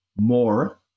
more